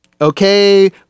Okay